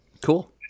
Cool